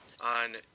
on